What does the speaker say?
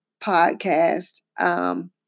podcast